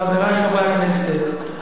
חברי חברי הכנסת,